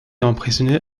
emprisonné